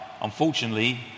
unfortunately